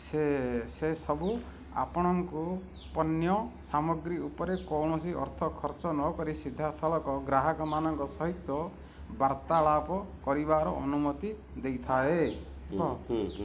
ସେ ସେସବୁ ଆପଣଙ୍କୁ ପଣ୍ୟ ସାମଗ୍ରୀ ଉପରେ କୌଣସି ଅର୍ଥ ଖର୍ଚ୍ଚ ନକରି ସିଧାସଳଖ ଗ୍ରାହକମାନଙ୍କ ସହିତ ବାର୍ତ୍ତାଳାପ କରିବାର ଅନୁମତି ଦେଇଥାଏ